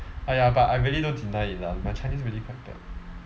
!aiya! but I really don't deny it lah my chinese really quite bad